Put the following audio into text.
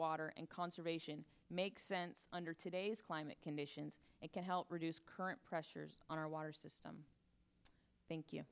water and conservation makes sense under today's climate conditions that can help reduce current pressures on our water system thank you